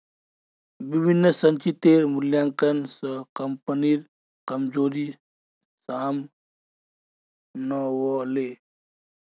विभिन्न संचितेर मूल्यांकन स कम्पनीर कमजोरी साम न व ले